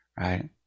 right